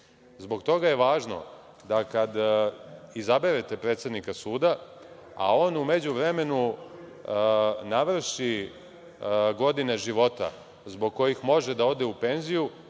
toga je važno da kada izaberete predsednika suda, a on u međuvremenu navrši godine života zbog kojih može da ode u penziju,